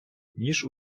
ніж